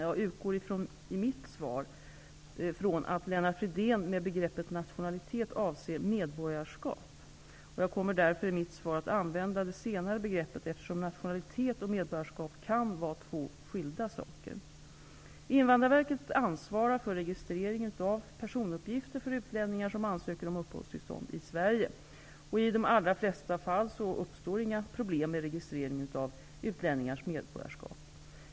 Jag utgår i mitt svar från att Lennart Fridén med begreppet nationalitet avser medborgarskap. Jag kommer därför i mitt svar att använda det senare begreppet eftersom nationalitet och medborgarskap kan vara två skilda saker. Invandrarverket ansvarar för registreringen av personuppgifter för utlänningar som ansöker om uppehållstillstånd i Sverige. I de allra flesta fall uppstår inga problem med registrering av utlänningars medborgarskap.